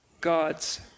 God's